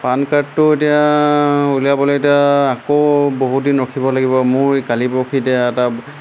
পান কাৰ্ডটো এতিয়া উলিয়াবলৈ এতিয়া আকৌ বহুত দিন ৰখিব লাগিব মোৰ কালি পৰহি এতিয়া এটা